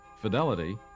Fidelity